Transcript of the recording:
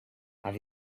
have